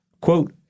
quote